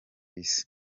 isi